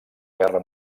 guerra